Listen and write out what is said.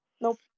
Nope